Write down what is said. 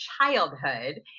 childhood